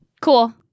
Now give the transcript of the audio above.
Cool